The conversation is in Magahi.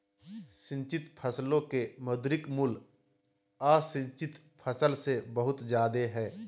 सिंचित फसलो के मौद्रिक मूल्य असिंचित फसल से बहुत जादे हय